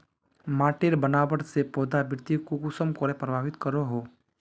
माटिर बनावट से पौधा वृद्धि कुसम करे प्रभावित करो हो?